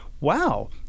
wow